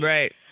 Right